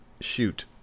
Shoot